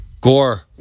Gore